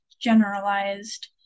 generalized